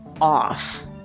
off